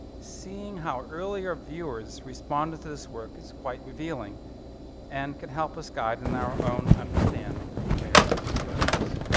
seeing how earlier viewers responded to this work is quite revealing and can help us guide in our own understanding of vermeer's artistic genius.